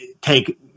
take